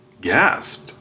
gasped